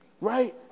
right